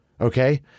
Okay